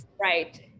right